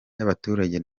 y’abaturage